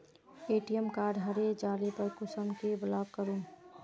ATM card हरे जाले पर कुंसम के ब्लॉक करूम?